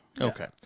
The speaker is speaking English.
Okay